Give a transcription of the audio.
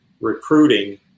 recruiting